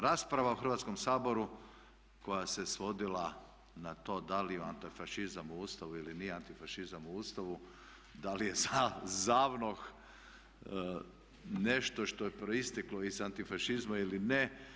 Rasprava u Hrvatskom saboru koja se svodila na to da li je antifašizam u Ustavu ili nije antifašizam u Ustavu, da li je ZAVNOH nešto što je proisteklo iz antifašizma ili ne.